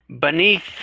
Beneath